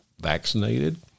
vaccinated